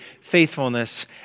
faithfulness